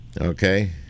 Okay